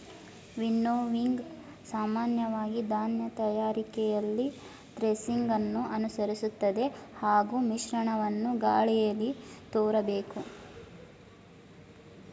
winnowing ಸಾಮಾನ್ಯವಾಗಿ ಧಾನ್ಯ ತಯಾರಿಕೆಯಲ್ಲಿ ಥ್ರೆಸಿಂಗನ್ನು ಅನುಸರಿಸ್ತದೆ ಹಾಗೂ ಮಿಶ್ರಣವನ್ನು ಗಾಳೀಲಿ ತೂರ್ಬೇಕು